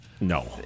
No